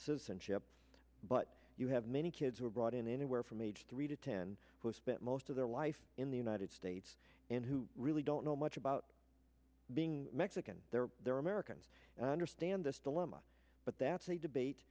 citizenship but you have many kids who are brought in anywhere from age three to ten who spent most of their life in the united states and who really don't know much about being mexican they're there are americans and i understand this dilemma but that's a debate